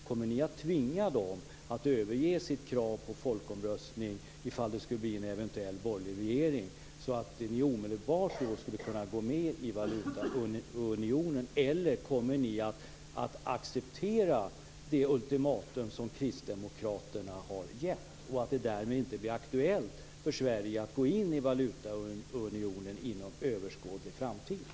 Kommer ni att tvinga dem att överge sitt krav på folkomröstning om det skulle bli en borgerlig regering, så att ni omedelbart kan gå med i valutaunionen? Kommer ni att acceptera det ultimatum som Kristdemokraterna har ställt? Om ni gör det blir det inte aktuellt för Sverige att gå in i valutaunionen inom en överskådlig framtid.